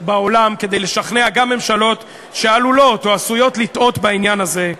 בעולם כדי לשכנע גם ממשלות שעלולות או עשויות לטעות בעניין הזה.